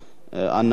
אנא עכשיו.